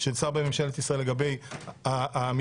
של שר בממשלת ישראל לגבי המתיישבים,